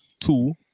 two